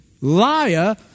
liar